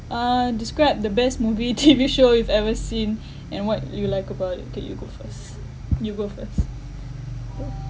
uh describe the best movie T_V show you've ever seen and what you like about it kay you go first you go first